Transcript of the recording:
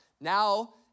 Now